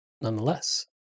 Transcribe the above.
nonetheless